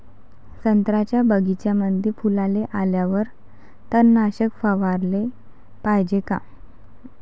संत्र्याच्या बगीच्यामंदी फुलाले आल्यावर तननाशक फवाराले पायजे का?